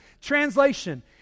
Translation